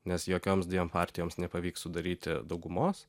nes jokioms dviem partijoms nepavyks sudaryti daugumos